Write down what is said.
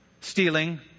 stealing